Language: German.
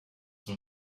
war